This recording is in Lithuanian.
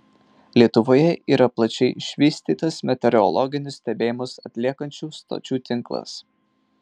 lietuvoje yra plačiai išvystytas meteorologinius stebėjimus atliekančių stočių tinklas